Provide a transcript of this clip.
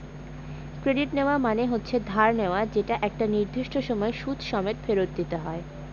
credit নেওয়া মানে হচ্ছে ধার নেওয়া যেটা একটা নির্দিষ্ট সময় সুদ সমেত ফেরত দিতে হয়